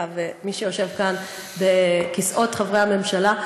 ומי שיושב כאן על כיסאות חברי הממשלה,